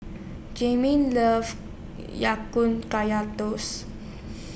Jamil loves Ya Kun Kaya Toast